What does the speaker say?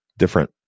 different